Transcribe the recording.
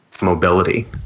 mobility